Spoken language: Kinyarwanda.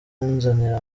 nzanira